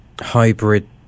hybrid